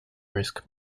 risk